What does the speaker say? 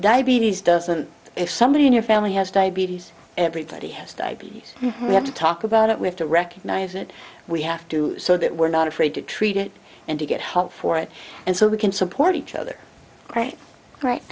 diabetes doesn't if somebody in your family has diabetes everybody has diabetes you have to talk about it we have to recognise it we have to so that we're not afraid to treat it and to get help for it and so we can support each other